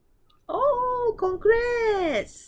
oh congrats